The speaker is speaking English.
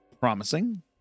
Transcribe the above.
promising